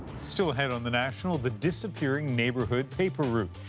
still ahead on the national. the disappearing neighbourhood paper route.